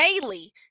daily